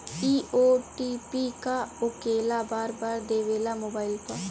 इ ओ.टी.पी का होकेला बार बार देवेला मोबाइल पर?